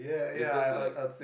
because like